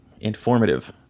informative